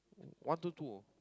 one two two